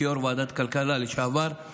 כיו"ר ועדת הכלכלה לשעבר,